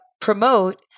promote